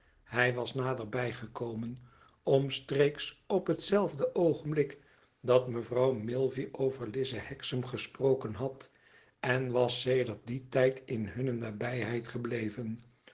hij was naderbij gekomen omstreeks op hetzelfde oogenblik dat mevrouw milvey over lize hexam gesproken had en was sedert dien tijd in hunne nabijheid gebleven